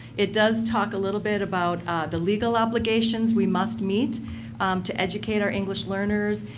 it does talk a little bit about the legal obligations we must meet to educate our english learners.